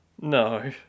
No